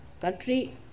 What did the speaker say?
country